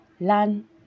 learn